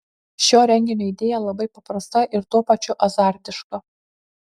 šio renginio idėja labai paprasta ir tuo pačiu azartiška